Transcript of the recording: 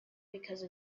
because